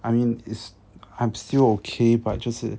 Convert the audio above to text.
I mean it's I'm still okay but 就是